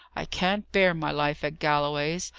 i can't bear my life at galloway's.